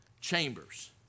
chambers